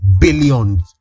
billions